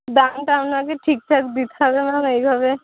দামটা আপনাকে ঠিকঠাক দিতে হবে ম্যাম এইভাবে